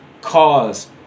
cause